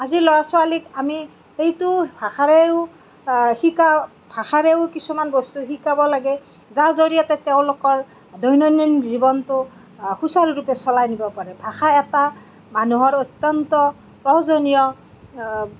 আজি ল'ৰা ছোৱালীক আমি সেইটো ভাষাৰেও শিকা ভাষাৰেও কিছুমান বস্তু শিকাব লাগে যাৰ জৰিয়তে তেওঁলোকৰ দৈনন্দিন জীৱনটো সূচাৰুৰূপে চলাই নিব পাৰে ভাষা এটা মানুহৰ অত্য়ন্ত প্ৰয়োজনীয়